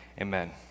Amen